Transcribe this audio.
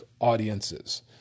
audiences